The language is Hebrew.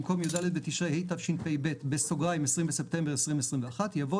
במקום "י"ד בתשרי התשפ"ב (20 בספטמבר 2021)" יבוא